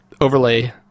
overlay